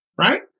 Right